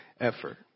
effort